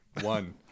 one